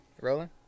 Rolling